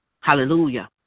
Hallelujah